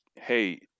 hey